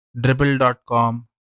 dribble.com